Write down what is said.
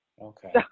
Okay